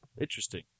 Interesting